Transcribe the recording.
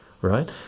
Right